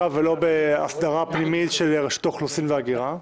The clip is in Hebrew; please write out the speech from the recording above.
בהסדרה פנימית של רשות האוכלוסין וההגירה?